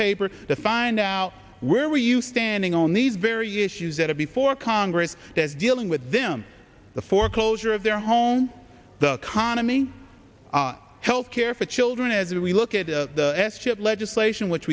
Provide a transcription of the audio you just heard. paper to find out where were you standing on these very issues that are before congress dealing with them the foreclosure of their home the economy health care for children as we look at s chip legislation which